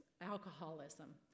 alcoholism